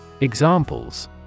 Examples